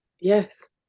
Yes